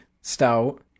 stout